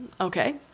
Okay